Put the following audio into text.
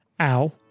Ow